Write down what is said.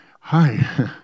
Hi